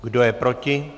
Kdo je proti?